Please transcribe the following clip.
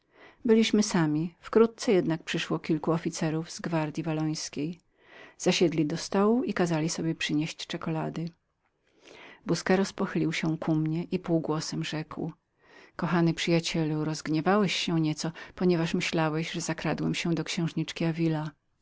byliśmy sami wkrótce jednak przyszło kilku officerów z gwardyi wallońskiej zasiedli koło stołu i kazali sobie przynieść czekulady busqueros pochylił się ku mnie i półgłosem rzekł kochany przyjacielu rozgniewałeś się nieco ponieważ myślałeś że zakradłem się do księżniczki